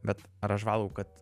bet ar aš valgau kad